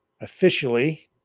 officially